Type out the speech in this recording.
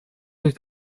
есть